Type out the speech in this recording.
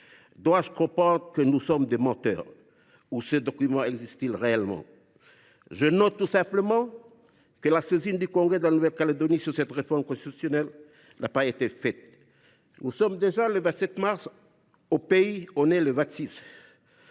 Dois je comprendre que nous sommes des menteurs ? Ou ce document existe t il réellement ? Je note tout simplement que la saisine du congrès de la Nouvelle Calédonie sur cette réforme constitutionnelle n’a pas été faite. Nous sommes déjà le 27 mars au pays ; ici on est le 26.